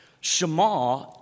Shema